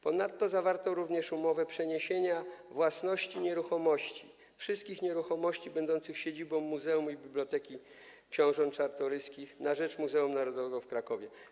Ponadto zawarto również umowę przeniesienia własności wszystkich nieruchomości będących siedzibą Muzeum i Biblioteki Książąt Czartoryskich na rzecz Muzeum Narodowego w Krakowie.